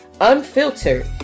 unfiltered